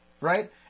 right